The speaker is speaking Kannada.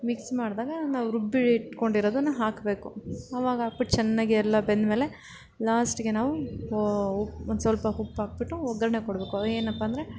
ಮಿಕ್ಸ್ ಮಾಡಿದಾಗ ನಾವು ರುಬ್ಬಿ ಇಟ್ಕೊಂಡಿರೋದನ್ನು ಹಾಕಬೇಕು ಆವಾಗ ಹಾಕ್ಬಿಟ್ಟು ಚೆನ್ನಾಗಿಯೇ ಎಲ್ಲ ಬೆಂದ್ಮೇಲೆ ಲಾಸ್ಟಿಗೆ ನಾವು ವ ಒಂದ್ಸಲ್ಪ ಉಪ್ಪು ಹಾಕ್ಬಿಟ್ಟು ಒಗ್ಗರಣೆ ಕೊಡಬೇಕು ಏನಪ್ಪ ಅಂದರೆ